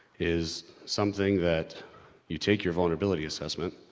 is something that you take your vulnerability assessment